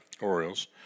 Orioles